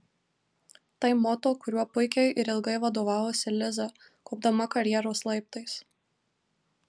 tai moto kuriuo puikiai ir ilgai vadovavosi liza kopdama karjeros laiptais